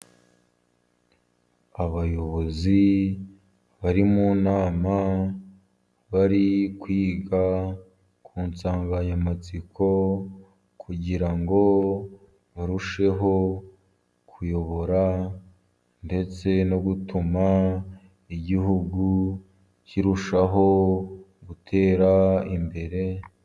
Abayobozi bari mu nama bari kwiga ku nsanganyamatsiko, kugira ngo barusheho kuyobora ndetse no gutuma Igihugu kirushaho gutera imbere.